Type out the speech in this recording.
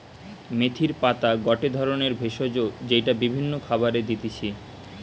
মেথির পাতা গটে ধরণের ভেষজ যেইটা বিভিন্ন খাবারে দিতেছি